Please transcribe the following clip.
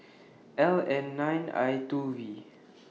L N nine I two V